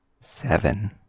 seven